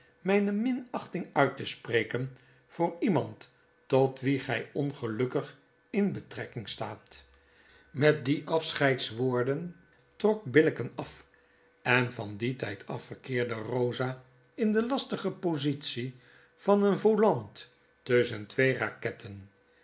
mijne minachting uit te spreken voor iemand tot wie gy ongelukkig in betrekking staat met die afscheidswoorden trok billicken af en van dien tijd af verkeerde eosa in de lastige positie van een volant tusschen twee raketten